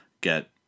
get